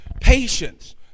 patience